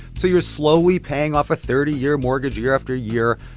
so you're slowly paying off a thirty year mortgage year after year,